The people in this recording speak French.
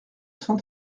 cent